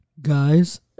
guys